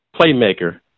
playmaker